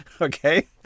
Okay